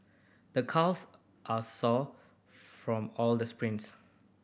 the calves are sore from all the sprints